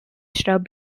shrub